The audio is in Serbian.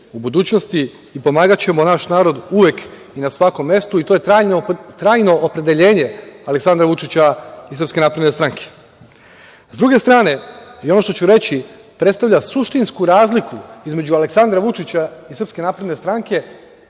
u budućnosti i pomagaćemo naš narod uvek i na svakom mestu i to je trajno opredeljenje Aleksandra Vučića i SNS.Sa druge strane, ono što ću reći predstavlja suštinsku razliku između Aleksandra Vučića i SNS i Dragana Đilasa